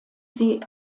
sie